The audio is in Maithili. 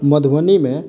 मधुबनी मे